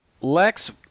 Lex